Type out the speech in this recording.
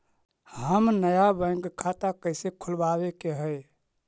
हम नया बैंक खाता कैसे खोलबाबे के है?